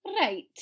Right